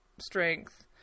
strength